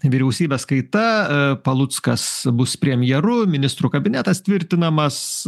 vyriausybės kaita paluckas bus premjeru ministrų kabinetas tvirtinamas